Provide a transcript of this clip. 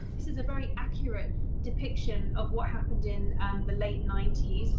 this is a very accurate depiction of what happened in the late ninety s,